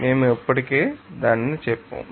మేము ఇప్పటికే కలిగి ఉన్నాము